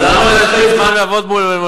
אז למה להשחית זמן ולעבוד?